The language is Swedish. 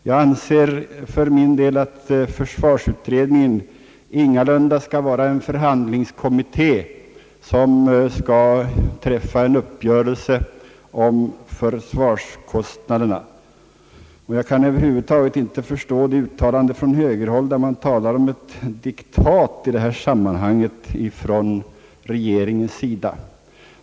Jag anser för min del inte att försvarsutredningen skall vara en förhandlingskommitté som skall träffa en uppgörelse om försvarskostnaderna, och jag kan över huvud taget inte förstå att man från högerhåll talar om ett diktat i detta sammanhang från regeringens sida.